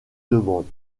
demande